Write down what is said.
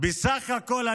תודה רבה.